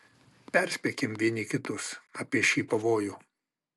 perspėkim vieni kitus apie šį pavojų